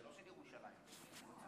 ירושלים.